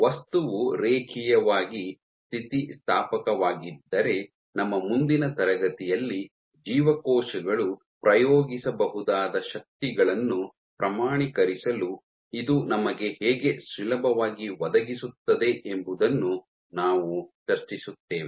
ವಸ್ತುವು ರೇಖೀಯವಾಗಿ ಸ್ಥಿತಿಸ್ಥಾಪಕವಾಗಿದ್ದರೆ ನಮ್ಮ ಮುಂದಿನ ತರಗತಿಯಲ್ಲಿ ಜೀವಕೋಶಗಳು ಪ್ರಯೋಗಿಸಬಹುದಾದ ಶಕ್ತಿಗಳನ್ನು ಪ್ರಮಾಣೀಕರಿಸಲು ಇದು ನಮಗೆ ಹೇಗೆ ಸುಲಭವಾಗಿ ಒದಗಿಸುತ್ತದೆ ಎಂಬುದನ್ನು ನಾವು ಚರ್ಚಿಸುತ್ತೇವೆ